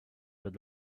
that